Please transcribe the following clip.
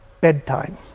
bedtime